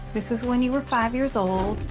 this is when you were five years old.